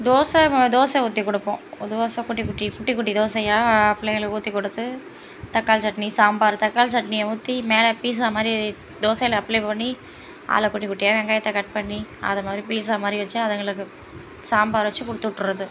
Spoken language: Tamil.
தோசை மா தோசை ஊற்றி கொடுப்போம் தோசை குட்டிக் குட்டிக் குட்டிக் குட்டி தோசையா பிள்ளைங்களுக்கு ஊற்றி கொடுத்து தக்காளி சட்னி சாம்பார் தக்காளி சட்னியை ஊற்றி மேலே பீசா மாதிரி தோசையில் அப்ளை பண்ணி அதில் குட்டி குட்டியாக வெங்காயத்தை கட் பண்ணி அதுமாதிரி பீசா மாதிரி வச்சு அதுங்களுக்கு சாம்பார் வச்சு கொடுத்து விட்டுர்றது